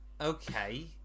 Okay